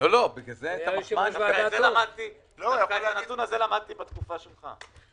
את הנתון הזה למדתי בתקופה שלך.